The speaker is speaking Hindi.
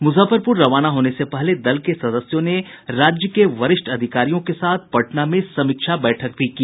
मुजफ्फरपुर रवाना होने से पहले दल के सदस्यों ने पटना में राज्य के वरिष्ठ अधिकारियों के साथ भी समीक्षा बैठक की